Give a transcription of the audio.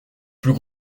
plus